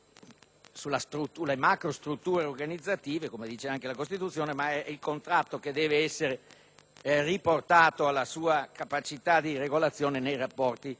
sulle macrostrutture organizzative - come recita anche la Costituzione - ma è il contratto che deve essere riportato alla sua capacità di regolazione nei rapporti